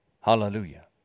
Hallelujah